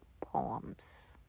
poems